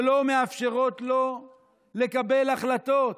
שלא מאפשרות לו לקבל החלטות.